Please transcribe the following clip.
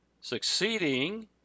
Succeeding